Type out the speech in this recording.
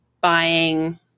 buying